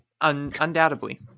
Undoubtedly